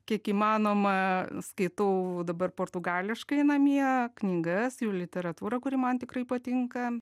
kiek įmanoma skaitau dabar portugališkai namie knygas jau literatūrą kuri man tikrai patinka